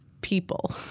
people